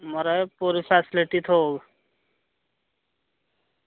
म्हाराज पूरी फेस्लिटी थ्होग